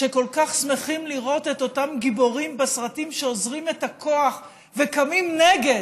שכל כך שמחים לראות את אותם גיבורים בסרטים שאוזרים את הכוח וקמים נגד